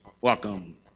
Welcome